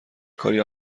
کاری